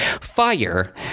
Fire